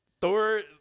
Thor